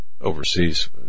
overseas